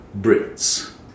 Brits